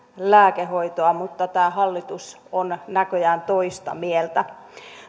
lääkehoitoa mutta tämä hallitus on näköjään toista mieltä